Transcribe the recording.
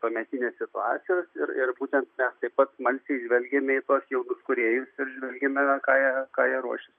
tuometinės situacijos ir ir būtent mes taip pat smalsiai žvelgėme į tuos jaunus kūrėjus ir žvelgėme ką jie ką jie ruošis